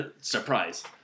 surprise